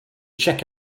check